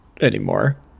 anymore